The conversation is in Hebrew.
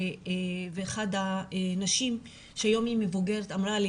אחת הנשים שהיום היא מבוגרת אמרה לי